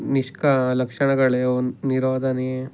ನಿಷ್ಕ ಲಕ್ಷಣಗಳು ನಿರೋದನಿ